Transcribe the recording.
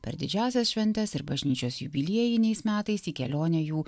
per didžiąsias šventes ir bažnyčios jubiliejiniais metais į kelionę jų